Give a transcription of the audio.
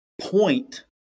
point